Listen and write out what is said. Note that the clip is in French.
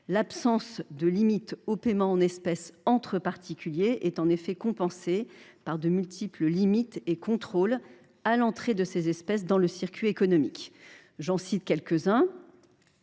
L’absence de limite aux paiements en espèces entre particuliers est compensée par de multiples limites et contrôles à l’entrée de ces espèces dans le circuit économique. J’en citerai quelques unes.